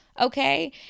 Okay